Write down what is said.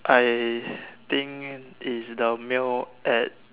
I think it's the meal at